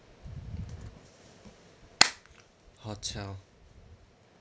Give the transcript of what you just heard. hotel